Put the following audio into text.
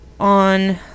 on